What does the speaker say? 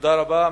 תודה רבה.